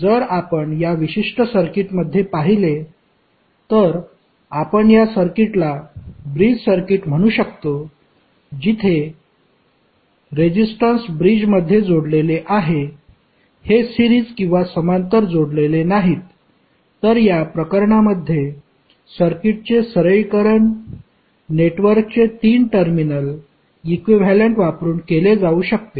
जर आपण या विशिष्ट सर्किटमध्ये पाहिले तर आपण या सर्किटला ब्रिज सर्किट म्हणू शकतो जिथे रेजिस्टन्स ब्रिजमध्ये जोडलेले आहे हे सिरीज किंवा समांतर जोडलेले नाहीत तर या प्रकरणांमध्ये सर्किटचे सरलीकरण नेटवर्कचे 3 टर्मिनल इक्विव्हॅलेंट वापरून केले जाऊ शकते